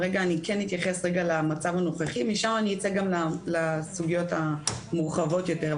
אני כן אתייחס רגע למצב הנוכחי ומשם אני אצא גם לסוגיות הנרחבות יותר.